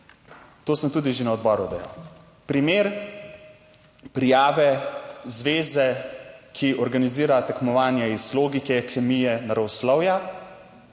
to sem tudi že na odboru dejal, primer prijave zveze, ki organizira tekmovanje iz logike, kemije, naravoslovja,